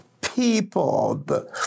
people